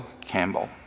Campbell